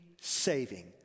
saving